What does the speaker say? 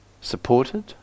supported